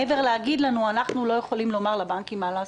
מעבר להגיד לנו: "אנחנו לא יכולים לומר לבנקים מה לעשות".